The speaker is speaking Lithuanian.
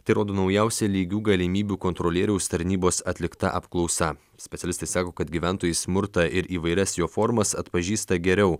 tai rodo naujausia lygių galimybių kontrolieriaus tarnybos atlikta apklausa specialistai sako kad gyventojai smurtą ir įvairias jo formas atpažįsta geriau